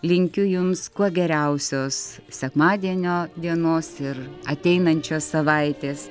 linkiu jums kuo geriausios sekmadienio dienos ir ateinančias savaites